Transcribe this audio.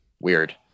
weird